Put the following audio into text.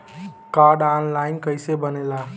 Card online कइसे बनेला?